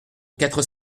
quatre